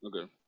Okay